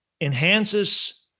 enhances